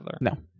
no